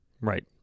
Right